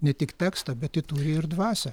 ne tik tekstą bet ji turi ir dvasią